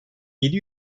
yedi